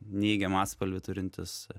neigiamą atspalvį turintis